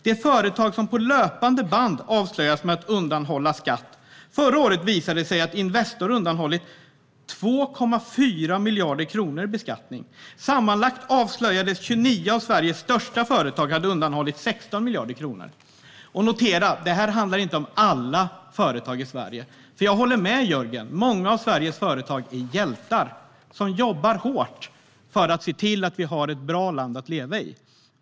Det är företag som på löpande band avslöjas med att undanhålla skatt. Förra året visade det sig att Investor undanhållit 2,4 miljarder kronor i beskattning. Sammanlagt hade, avslöjades det, 29 av Sveriges största företag undanhållit 16 miljarder kronor. Notera att detta inte gäller alla företag i Sverige. Jag håller med Jörgen: Många av Sveriges företag är hjältar, som jobbar hårt för att se till att vi har ett bra land att leva i.